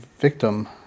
victim